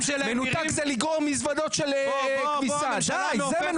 מנותק זה לגרור מזוודות של כביסה, די, זה מנותק.